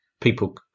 people